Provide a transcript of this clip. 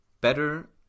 better